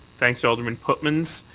thanks, alderman pootmans.